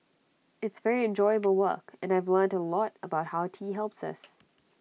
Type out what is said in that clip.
it's very enjoyable work and I've learnt A lot about how tea helps us